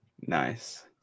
Nice